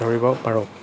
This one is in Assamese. ধৰিব পাৰোঁ